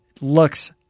looks